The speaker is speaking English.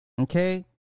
okay